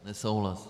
Nesouhlas.